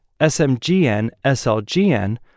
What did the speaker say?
SMGN-SLGN